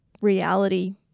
reality